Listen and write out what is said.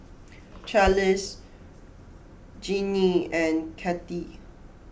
Charlize Jinnie and Cathy